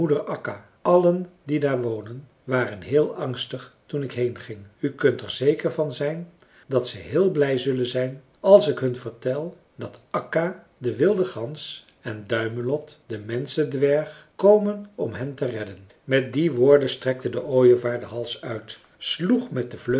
allen die daar wonen waren heel angstig toen ik heenging u kunt er zeker van zijn dat ze heel blij zullen zijn als ik hun vertel dat akka de wilde gans en duimelot de menschendwerg komen om hen te redden met die woorden strekte de ooievaar den hals uit sloeg met de